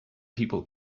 people